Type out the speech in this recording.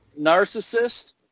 Narcissist